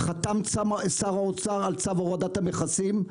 חתם שר האוצר על צו הורדת המכסים.